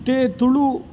ते तुलु